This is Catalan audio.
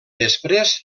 després